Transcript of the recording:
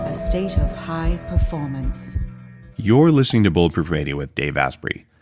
ah state of high performance you're listening to bulletproof radio with dave asprey.